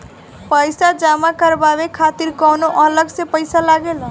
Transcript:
पईसा जमा करवाये खातिर कौनो अलग से पईसा लगेला?